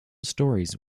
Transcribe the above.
stories